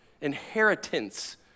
inheritance